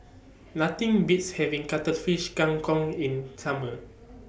Nothing Beats having Cuttlefish Kang Kong in Summer